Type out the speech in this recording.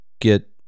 get